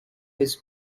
his